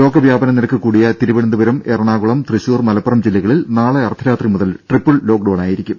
രോഗവ്യാപന നിരക്ക് കൂടിയ തിരുവനന്തപുരം എറണാകുളം തൃശൂർ മലപ്പുറം ജില്ലകളിൽ നാളെ അർദ്ധരാത്രി മുതൽ ട്രിപ്പിൾ ലോക്ക്ഡൌണായിരിക്കും